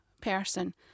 person